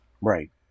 Right